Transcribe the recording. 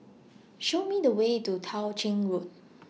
Show Me The Way to Tao Ching Road